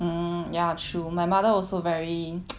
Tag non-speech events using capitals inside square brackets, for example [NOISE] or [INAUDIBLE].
mm ya true my mother also very [NOISE]